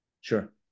Sure